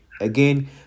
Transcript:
again